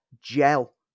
gel